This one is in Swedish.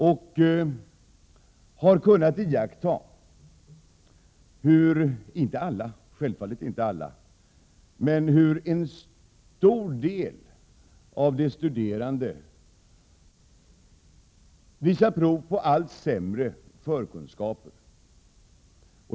Jag har kunnat iaktta hur en stor del av de studerande, men självfallet inte alla, visar prov på allt sämre förkunskaper.